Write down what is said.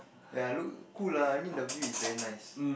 ya look cool lah I mean the view is very nice